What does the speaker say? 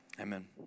Amen